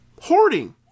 hoarding